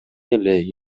эле